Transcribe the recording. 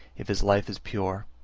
if his life is pure,